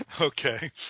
Okay